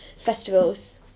festivals